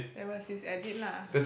that was his edit lah